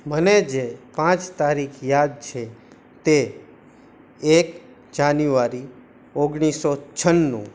મને જે પાંચ તારીખ યાદ છે તે એક જાન્યુઆરી ઓગણીસ સો છન્નુ